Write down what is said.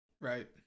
right